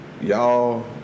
Y'all